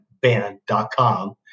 band.com